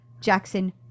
Jackson